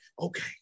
okay